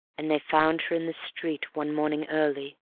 and they found her in the street one morning early,